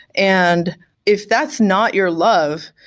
and if that's not your love,